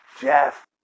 Jeff